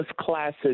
classes